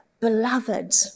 Beloved